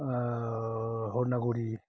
ओ हरनागुरि